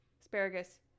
asparagus